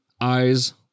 eyes